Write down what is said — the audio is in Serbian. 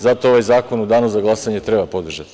Zato ovaj zakon u danu za glasanje treba podržati.